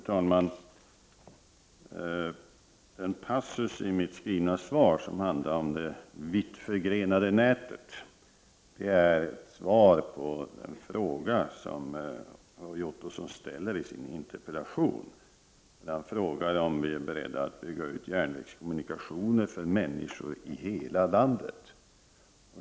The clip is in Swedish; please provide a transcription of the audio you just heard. Fru talman! Den passus i mitt skrivna svar som handlar om det vitt förgrenade nätet är svar på den fråga som Roy Ottosson ställde i sin interpellation. Han frågade om vi är beredda att bygga ut järnvägskommunikationerna för människor i hela landet.